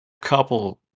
couple